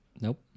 Nope